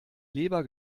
leber